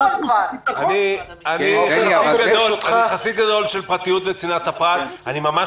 אני חסיד גדול של פרטיות וצנעת הפרט אבל אני ממש